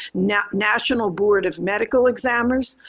national board of medical examiners,